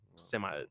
Semi